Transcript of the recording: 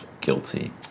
guilty